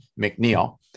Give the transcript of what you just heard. McNeil